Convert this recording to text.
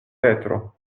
petro